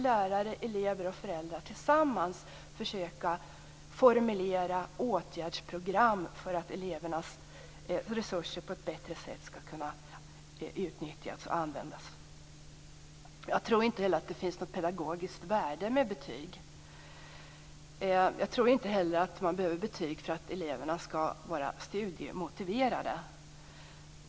Lärare, elever och föräldrar kan där tillsammans försöka formulera åtgärdsprogram för att elevernas resurser skall kunna utnyttjas och användas på ett bättre sätt. Jag tror inte att det finns något pedagogiskt värde med betygen. Jag tror inte heller att man behöver betyg för att få eleverna studiemotiverade.